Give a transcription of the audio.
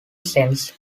sense